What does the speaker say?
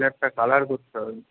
ফ্ল্যাটটা কালার করতে হবে